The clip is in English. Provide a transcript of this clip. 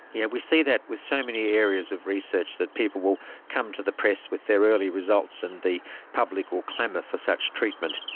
yeah, we see that with so many areas of research, that people will come to the press with their early results, and the public will clamour for such treatment.